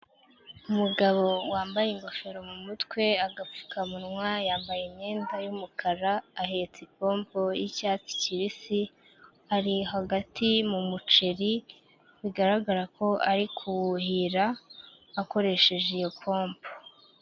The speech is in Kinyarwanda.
Umugabo wambaye ingofero mu mutwe, agapfukamunwa yambaye imyenda y'umukara ahetse ipompo y'icyatsi kibisi, ari hagati mu muceri bigaragara ko ari kuwuhira akoresheje iyo pompo.